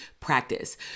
practice